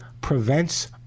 prevents